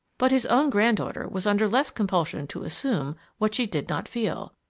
but his own granddaughter was under less compulsion to assume what she did not feel.